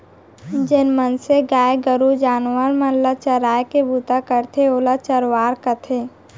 जेन मनसे गाय गरू जानवर मन ल चराय के बूता करथे ओला चरवार कथें